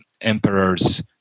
emperor's